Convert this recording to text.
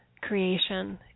creation